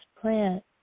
plant